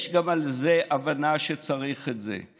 יש גם על זה הבנה שצריך את זה.